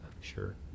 sure